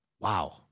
wow